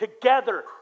together